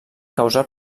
causar